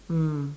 mm